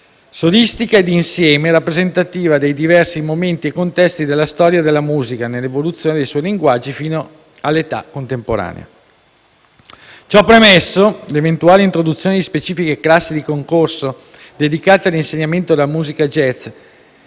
solistica e d'insieme, rappresentativa dei diversi momenti e contesti della storia della musica (nell'evoluzione dei suoi linguaggi) fino all'età contemporanea». Ciò premesso, l'eventuale introduzione di specifiche classi di concorso dedicate all'insegnamento della musica jazz